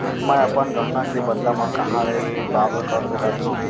मै अपन गहना के बदला मा कहाँ ले ऋण प्राप्त कर सकत हव?